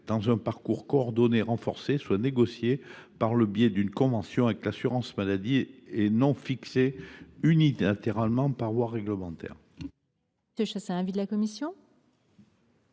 dans un parcours coordonné renforcé soit négociée par le biais d’une convention avec l’assurance maladie, et non fixée unilatéralement par voie réglementaire. Quel est l’avis de la commission ?